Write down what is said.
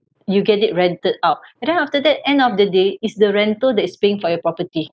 you get it rented out and then after that end of the day is the rental that's paying for your property